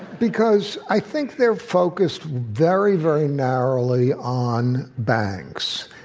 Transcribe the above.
because i think they're focused very, very narrowly on banks.